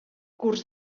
curs